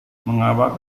mengapa